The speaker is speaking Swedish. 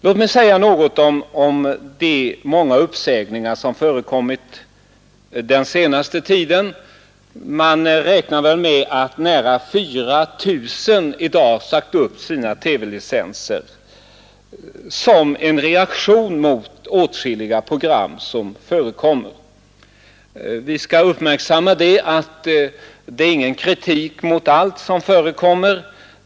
Låt mig säga något om de många licensuppsägningar som förekommit den senaste tiden. Man räknar med att nära 4 000 TV-ägare i dag sagt upp sina TV-licenser som en reaktion mot åtskilliga av de program som förekommer. Vi skall uppmärksamma det förhållandet att det inte är fråga om någon kritik mot allt vad som förekommer.